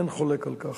אין חולק על כך.